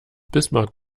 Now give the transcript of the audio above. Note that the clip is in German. bismarck